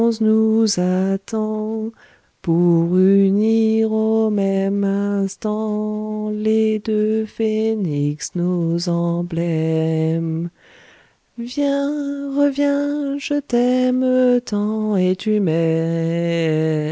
emblèmes viens reviens je t'aime